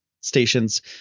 stations